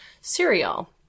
cereal